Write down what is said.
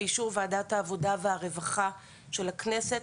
באישור ועדת העבודה והרווחה של הכנסת,